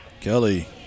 Kelly